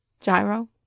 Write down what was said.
Gyro